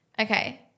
Okay